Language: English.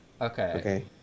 Okay